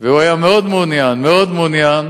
והוא היה מאוד מעוניין, מאוד מעוניין,